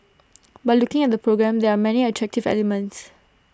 but looking at the programme there are many attractive elements